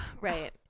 Right